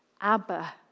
Abba